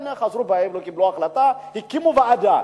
הנה חזרו בהם וקיבלו החלטה: הקימו ועדה.